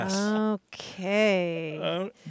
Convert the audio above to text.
Okay